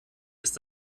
ist